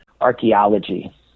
archaeology